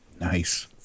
Nice